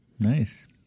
Nice